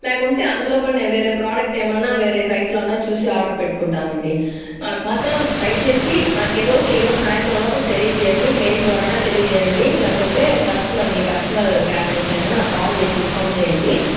లేకుంటే అంత లోపలనే వేరే ప్రోడక్ట్ ఏమన్నా వేరే సైట్లో అన్నా చూసి ఆర్డర్ పెట్టుకుంటానండి నాకు మాత్రం దయచేసి నాకు ఏదో ఒకటి ఈరోజు సాయంత్రం లోపల తెలియజేయండి మెయిల్ ద్వారా అన్నా తెలియజేయండి లేకుంటే కస్టమర్ మీ కస్టమర్ కేర్ నుంచి అన్న నాకు కాల్ చేసి ఇన్ఫార్మ్ చేయండి